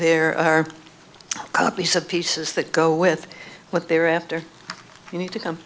there are copies of pieces that go with what they're after you need to come